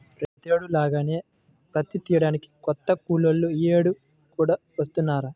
ప్రతేడు లాగానే పత్తి తియ్యడానికి కొత్త కూలోళ్ళు యీ యేడు కూడా వత్తన్నారా